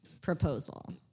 proposal